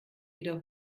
wieder